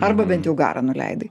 arba bent jau garą nuleidai